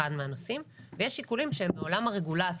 מהנושאים ויש שיקולים שהם מעולם הרגולציה.